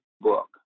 Book